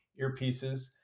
earpieces